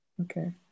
Okay